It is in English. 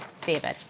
david